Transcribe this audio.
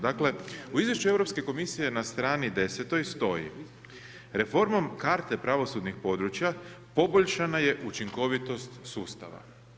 Dakle, u Izvješću Europske komisije na strani 10. stoji: Reformom karte pravosudnih područja poboljšana je učinkovitost sustava.